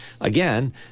again